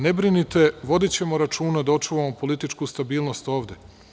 Ne brinite, vodićemo računa da očuvamo političku stabilnost ovde.